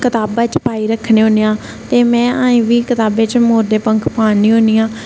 कताबा च पाई रक्खने होन्ने आं ते में अजै बी कताबें च मोर दे पंक्ख पान्नी होन्नी आं